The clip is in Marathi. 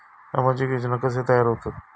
सामाजिक योजना कसे तयार होतत?